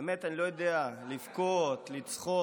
האמת היא שאני לא יודע לבכות, לצחוק.